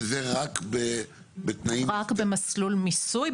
וזה רק בתנאים --- רק במסלול מיסוי,